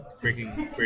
breaking